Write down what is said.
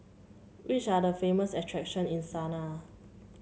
which are the famous attraction in Sanaa